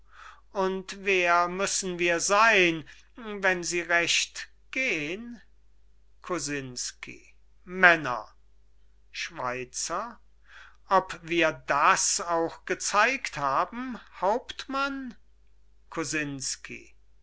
und wer müssen wir seyn wenn sie recht geh'n kosinsky männer schweizer ob wir das auch gezeigt haben hauptmann kosinsky